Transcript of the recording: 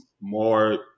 more